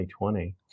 2020